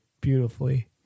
beautifully